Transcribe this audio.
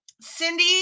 Cindy